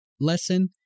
lesson